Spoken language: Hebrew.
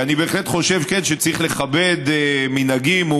אני בהחלט חושב שצריך לכבד מנהגים או